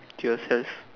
to yourself